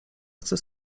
chce